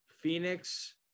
Phoenix